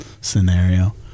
scenario